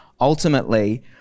Ultimately